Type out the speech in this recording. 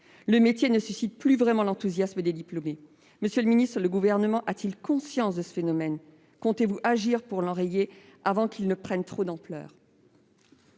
Le métier ne suscite plus vraiment l'enthousiasme des diplômés. Monsieur le ministre, le Gouvernement a-t-il conscience de ce phénomène ? Comptez-vous agir pour l'enrayer avant qu'il ne prenne trop d'ampleur ?